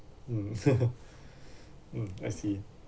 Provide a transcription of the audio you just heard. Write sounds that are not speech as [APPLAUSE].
mm [LAUGHS] mm I see